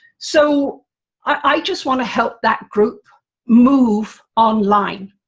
so i just want to help that group move online,